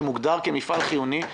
שמוגדרת כמפעל חיוני,